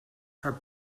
her